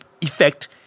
effect